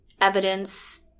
evidence